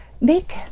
Make